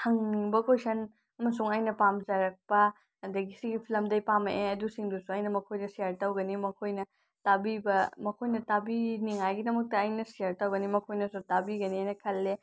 ꯍꯪꯅꯤꯡꯕ ꯀꯣꯏꯁꯟ ꯑꯃꯁꯨꯡ ꯑꯩꯅ ꯄꯥꯝꯖꯔꯛꯄ ꯑꯗꯒꯤ ꯁꯤꯒꯤ ꯐꯤꯂꯝꯗꯒꯤ ꯄꯥꯝꯃꯛꯑꯦ ꯑꯗꯨꯁꯤꯡꯗꯨꯁꯨ ꯑꯩꯅ ꯃꯈꯣꯏꯗ ꯁꯤꯌꯥꯔ ꯇꯧꯒꯅꯤ ꯃꯈꯣꯏꯅ ꯇꯥꯕꯤꯕ ꯃꯈꯣꯏꯅ ꯇꯥꯕꯤꯅꯤꯡꯉꯥꯏꯒꯤꯗꯃꯛꯇ ꯑꯩꯅ ꯁꯤꯌꯥꯔ ꯇꯧꯒꯅꯤ ꯃꯈꯣꯏꯅꯁꯨ ꯇꯥꯕꯤꯒꯅꯦꯅ ꯈꯜꯂꯦ